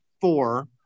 four